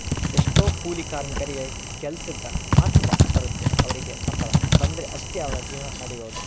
ಎಷ್ಟೊ ಕೂಲಿ ಕಾರ್ಮಿಕರಿಗೆ ಕೆಲ್ಸಿದ್ರ ಮಾತ್ರ ಬರುತ್ತೆ ಅವರಿಗೆ ಸಂಬಳ ಬಂದ್ರೆ ಅಷ್ಟೇ ಅವರ ಜೀವನ ನಡಿಯೊದು